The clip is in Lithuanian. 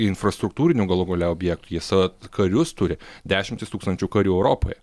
infrastruktūrinių gale gale objektų jie savo karius turi dešimtis tūkstančių karių europoj